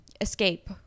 escape